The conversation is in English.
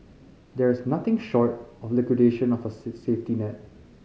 there is nothing short of liquidation of a safety net